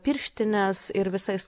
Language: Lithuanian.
pirštines ir visais